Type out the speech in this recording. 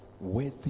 Worthy